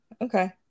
Okay